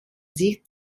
sicht